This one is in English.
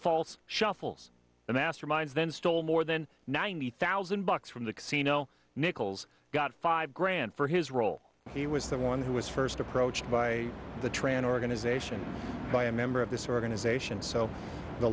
false shuffles and masterminds then stole more than ninety thousand bucks from the casino nichols got five grand for his role he was the one who was first approached by the tran organization by a member of this organization so the